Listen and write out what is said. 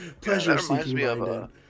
pleasure-seeking-minded